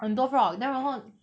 很多 frog then 然后